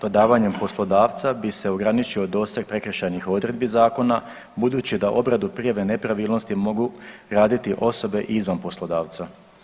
Odavanjem poslodavca bi se ograničio doseg prekršajnih odredbi zakona budući da obradu prijave nepravilnosti mogu raditi i osobe izvan poslodavca.